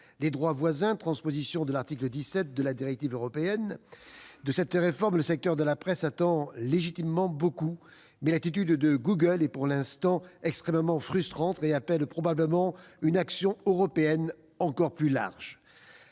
des droits voisins, transposition de l'article 17 de la directive européenne. De cette réforme, le secteur de la presse attend légitimement beaucoup, mais l'attitude de Google est, pour l'instant, extrêmement frustrante ; elle appelle probablement une action européenne encore plus large.